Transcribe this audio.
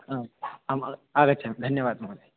आम् आम् आगच्छामि धन्यवादः महोदय